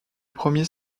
premier